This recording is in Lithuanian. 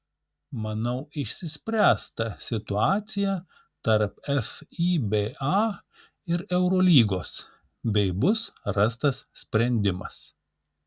manau išsispręs ta situacija tarp fiba ir eurolygos bei bus rastas sprendimas